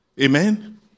Amen